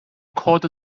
called